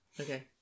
Okay